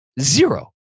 Zero